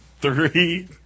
three